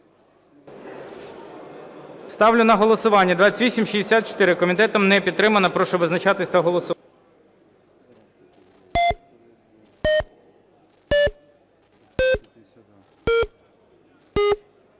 Ставлю на голосування 2265. Комітетом не підтримана. Прошу визначатися та голосувати.